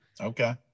okay